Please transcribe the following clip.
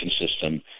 system